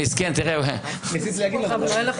המשטרה לא זומנה ביום חמישי אחרי הצוהריים.